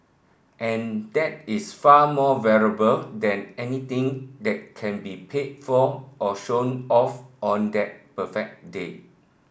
and that is far more valuable than anything that can be paid for or shown off on that perfect day